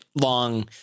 long